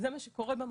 זה מה שקורה במחלקות.